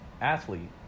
athlete